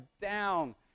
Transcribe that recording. down